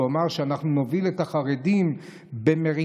הוא אמר: אנחנו נוביל את החרדים במריצות